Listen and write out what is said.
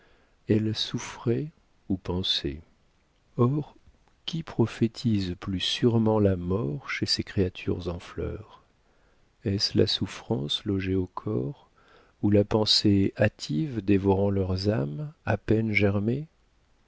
elle souffrait ou pensait or qui prophétise plus sûrement la mort chez ces créatures en fleur est-ce la souffrance logée au corps ou la pensée hâtive dévorant leurs âmes à peine germées